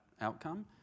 outcome